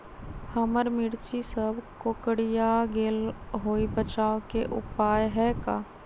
हमर मिर्ची सब कोकररिया गेल कोई बचाव के उपाय है का?